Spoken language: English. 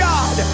God